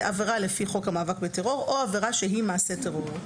זה עבירה לפי חוק המאבק בטרור או עבירה שהיא מעשה טרור.